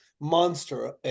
monster